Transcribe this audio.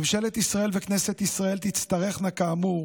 ממשלת ישראל וכנסת ישראל תצטרכנה כאמור